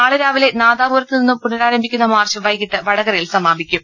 നാളെ രാവിലെ നാദാപുരത്ത് നിന്നും പുനരാരംഭിക്കുന്ന മാർച്ച് വൈകീട്ട് വടകരയിൽ സമാപിക്കും